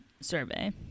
survey